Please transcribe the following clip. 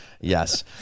Yes